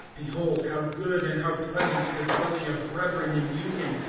behold, how good, and how pleasant, the dweuing of brethren in union!